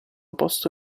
posto